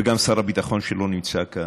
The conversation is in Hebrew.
וגם שר הביטחון, שלא נמצא כאן,